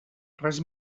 res